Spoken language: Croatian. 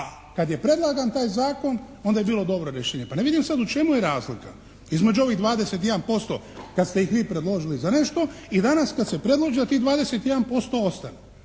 kad je predlagan taj zakon onda je bilo dobro rješenje. Pa ne vidim sad u čemu je razlika između ovih 21% kad ste ih vi predložili za nešto i danas kad se predlaže da tih 21% ostane